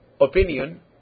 opinion